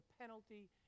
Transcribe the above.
penalty